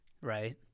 right